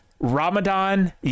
Ramadan